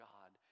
God